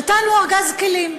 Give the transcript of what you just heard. נתנו ארגז כלים,